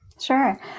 Sure